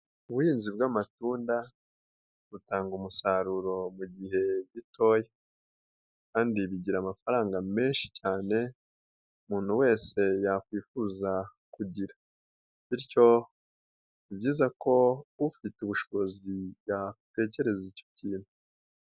Ubuhinzi bw'amatunda butanga umusaruro mu gihe gitoya kandi bigira amafaranga menshi cyane umuntu wese yakwifuza kugira, bityo ni byiza ko ufite ubushobozi yatekereza icyo kintu.